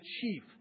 chief